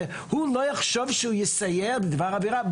הוא לא יחשוב שהוא יסייע בדבר עבירה?